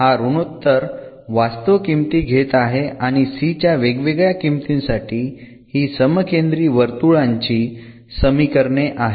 हा ऋनोत्तर वास्तव किमती घेत आहे आणि c च्या वेगवेगळ्या किमतींसाठी हि समकेंद्री वर्तुळांची समीकरणे आहेत